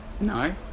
No